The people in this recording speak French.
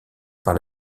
par